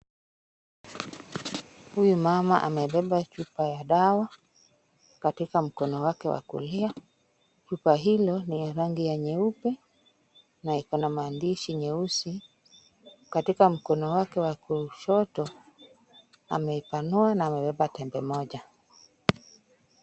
Huyu mama amebeba chupa ya dawa katika mkono wake wa kulia . Chupa hiyo ina rangi ya nyeupe na iko na maandishi ya nyeusi. Katika mkono wake wa kushoto ameipanua na amebeba tembe moja.